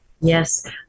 Yes